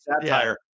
satire